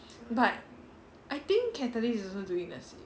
but I think catalyst is also doing the same